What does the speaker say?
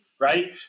right